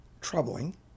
troubling